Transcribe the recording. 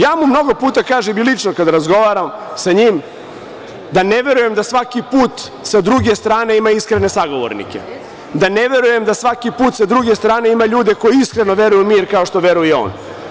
Ja mu mnogo puta kažem i lično, kada razgovaramo sa njim, da ne verujem da svaki put sa druge strane ima iskrene sagovornike, da ne verujem da svaki put sa druge strane ima ljude koji iskreno veruju u mir, kao što veruje on.